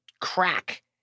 crack